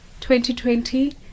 2020